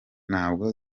ntabwo